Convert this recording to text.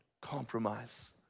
compromise